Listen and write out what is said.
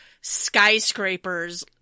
skyscrapers